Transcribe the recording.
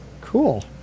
Cool